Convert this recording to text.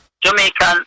Jamaican